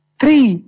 three